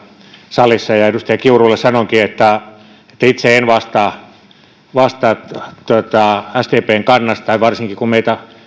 salissa edustaja kiurulle sanonkin että itse en vastaa sdpn kannasta varsinkin kun meitä